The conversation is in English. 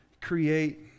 create